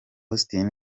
austin